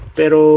pero